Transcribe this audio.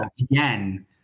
again